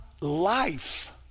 life